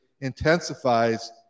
intensifies